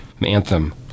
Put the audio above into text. anthem